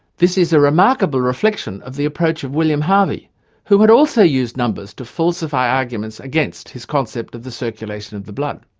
this is a remarkable reflection of the approach of william harvey who had also used numbers to falsify arguments against his concept of the circulation of the blood.